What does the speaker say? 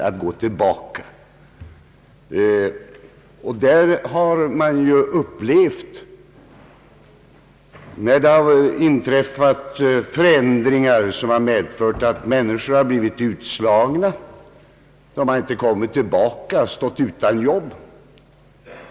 Man har ju upplevt, när det har inträffat föränd ringar som medfört att människor har blivit utslagna, att de har stått där utan arbete.